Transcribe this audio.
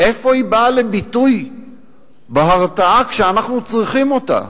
איפה היא באה לביטוי בהרתעה כשאנחנו צריכים אותה,